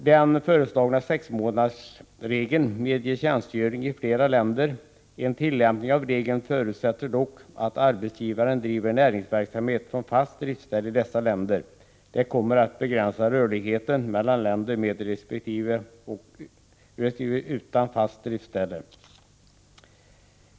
Den föreslagna sexmånadersregeln medgör tjänstgöring i flera länder. En tillämpning av regeln förutsätter dock att arbetsgivaren driver en näringsverksamhet från fast driftsställe i dessa länder. Detta kommer att begränsa rörligheten mellan länder med resp. utan fast driftsställe.